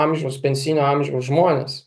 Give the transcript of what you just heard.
amžiaus pensijinio amžiaus žmones